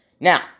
Now